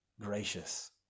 gracious